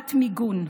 חובת מיגון,